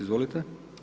Izvolite.